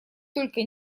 только